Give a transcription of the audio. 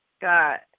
got